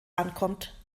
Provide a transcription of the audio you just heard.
ankommt